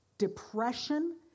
depression